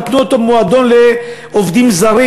נתנו אותו כמועדון לעובדים זרים.